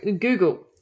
Google